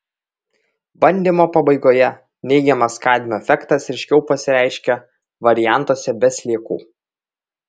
bandymo pabaigoje neigiamas kadmio efektas ryškiau pasireiškė variantuose be sliekų